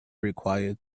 required